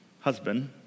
husband